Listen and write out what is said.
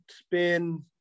spin